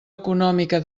econòmica